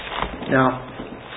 Now